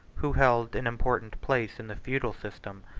who held an important place in the feudal system.